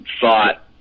thought